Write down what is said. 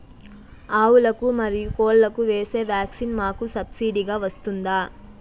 ఆవులకు, మరియు కోళ్లకు వేసే వ్యాక్సిన్ మాకు సబ్సిడి గా వస్తుందా?